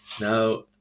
Now